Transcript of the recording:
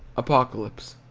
apocalypse.